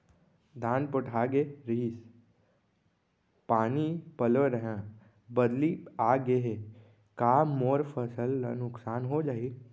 धान पोठागे रहीस, पानी पलोय रहेंव, बदली आप गे हे, का मोर फसल ल नुकसान हो जाही?